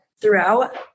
throughout